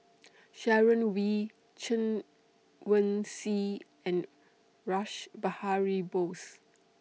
Sharon Wee Chen Wen Hsi and Rash Behari Bose